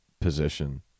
position